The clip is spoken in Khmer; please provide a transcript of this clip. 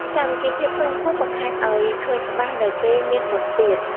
សាមគ្គីភាពក្នុងភូមិបង្ហាញឱ្យឃើញច្បាស់នៅពេលមានបុណ្យទាន។